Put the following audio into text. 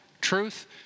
Truth